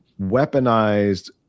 weaponized